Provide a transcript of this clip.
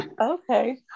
Okay